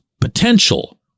potential